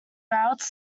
routes